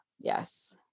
Yes